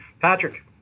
Patrick